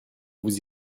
vous